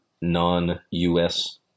non-us